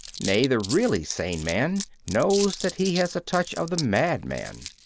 nay, the really sane man knows that he has a touch of the madman.